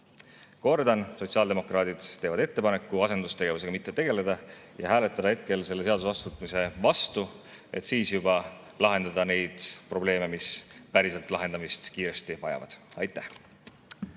Kordan, sotsiaaldemokraadid teevad ettepaneku asendustegevusega mitte tegeleda ja hääletada hetkel selle seaduse vastuvõtmise vastu, et siis juba lahendada neid probleeme, mis päriselt kiiresti lahendamist vajavad. Aitäh!